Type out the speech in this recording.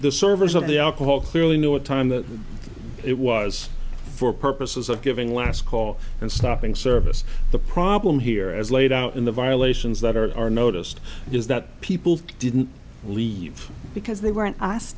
the servers of the alcohol clearly knew what time that it was for purposes of giving last call and stopping service the problem here as laid out in the violations that are noticed is that people didn't leave because they weren't asked